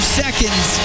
seconds